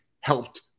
helped